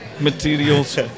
materials